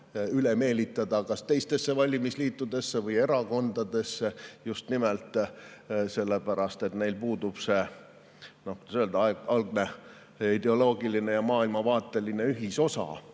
üle meelitada teistesse valimisliitudesse või erakondadesse just nimelt sellepärast, et neil puudub – kuidas öelda? – algne ideoloogiline ja maailmavaateline ühisosa.